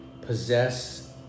Possess